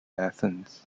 athens